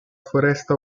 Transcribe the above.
foresta